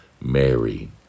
Mary